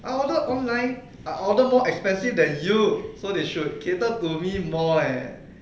I ordered online I order more expensive than you so they should cater to me more eh